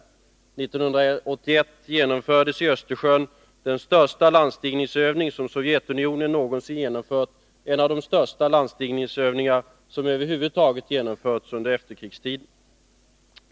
1981 genomfördes i Östersjön den största landstigningsövning som Sovjetunionen någonsin genomfört, en av de största landstigningsövningar som över huvud taget har gjorts under efterkrigstiden.